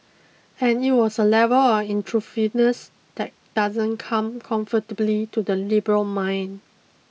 and it was a level on intrusiveness that doesn't come comfortably to the liberal mind